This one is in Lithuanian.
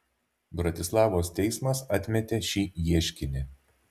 bratislavos teismas atmetė šį ieškinį